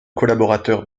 collaborateurs